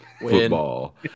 football